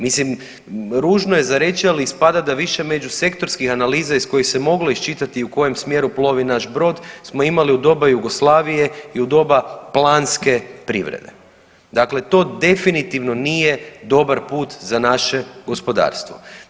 Mislim, ružno je za reći ali ispada da više međusektorskih analiza iz kojih se moglo iščitati u kojem smjeru plovi naš brod smo imali u doba Jugoslavije i u doba planske privrede, dakle to definitivno nije dobar put za naše gospodarstvo.